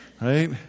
Right